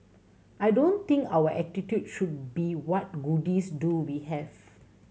I don't think our attitude should be what goodies do we have